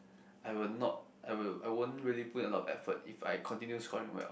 I will not I will I won't really put a lot in effort if I continue scoring well